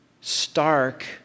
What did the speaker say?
stark